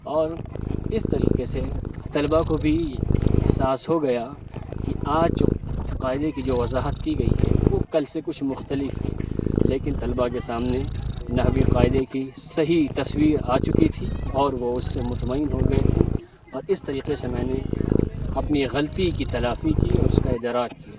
اور اس طریقے سے طلبا کو بھی احساس ہو گیا کہ آج جو قاعدے کی جو وضاحت کی گئی ہے وہ کل سے کچھ مختلف ہے لیکن طلبا کے سامنے نحوی قاعدے کی صحیح تصویر آ چکی تھی اور وہ اس سے مطمئن ہو گئے تھے اور اس طریقے سے میں نے اپنی غلطی کی تلافی کی اور اس کا ادراک کیا